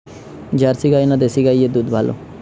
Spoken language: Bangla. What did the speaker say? জার্সি গাই না দেশী গাইয়ের দুধ ভালো?